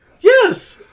Yes